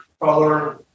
color